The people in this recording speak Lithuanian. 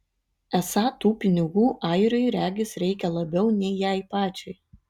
esą tų pinigų airiui regis reikia labiau nei jai pačiai